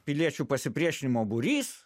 piliečių pasipriešinimo būrys